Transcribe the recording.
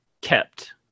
kept